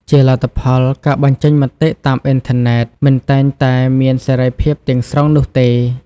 ជាលទ្ធផល ការបញ្ចេញមតិតាមអ៊ីនធឺណិតមិនតែងតែមានសេរីភាពទាំងស្រុងនោះទេ។